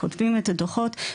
כותבים את הדוחות,